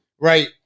Right